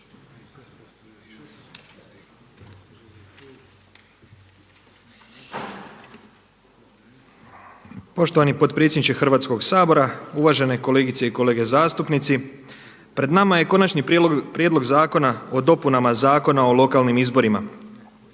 Poštovani potpredsjedniče Hrvatskog sabora, uvažene kolegice i kolege zastupnici. Pred nama je Konačni prijedlog zakona o dopunama Zakona o lokalnim izborima.